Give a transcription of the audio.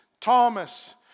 Thomas